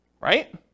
right